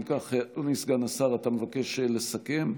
אם כך, אדוני סגן השר, אתה מבקש לסכם?